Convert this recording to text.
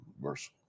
verse